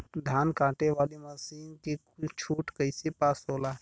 धान कांटेवाली मासिन के छूट कईसे पास होला?